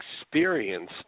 experience